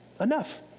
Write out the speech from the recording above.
Enough